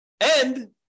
And-